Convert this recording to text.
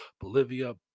Bolivia